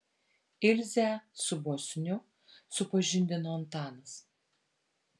ilzę su bosniu supažindino antanas